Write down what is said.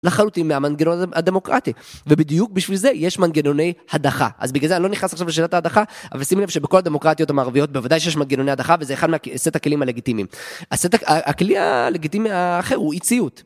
לחלוטין מהמנגנון הדמוקרטי, ובדיוק בשביל זה יש מנגנוני הדחה, אז בגלל זה אני לא נכנס עכשיו לשנת ההדחה, אבל שימי לב שבכל הדמוקרטיות המערביות בוודאי שיש מנגנוני הדחה וזה אחד מסט הכלים הלגיטימיים, הכלי הלגיטימי האחר הוא אי ציות